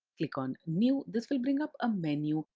click on new. this will bring up a menu,